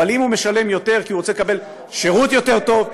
אבל אם הוא משלם יותר כי הוא רוצה לקבל שירות יותר טוב,